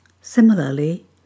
Similarly